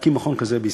להקים מכון כזה בישראל,